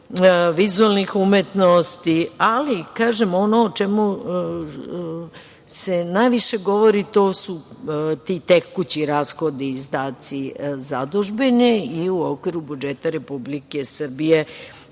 vizuelnih umetnosti, ali ono o čemu se najviše govori to su ti tekući rashodi i izdaci zadužbine i u okviru budžeta Republike Srbije